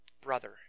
brother